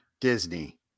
Disney